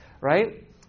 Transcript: right